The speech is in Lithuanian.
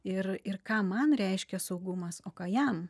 ir ir ką man reiškia saugumas o ką jam